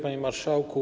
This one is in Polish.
Panie Marszałku!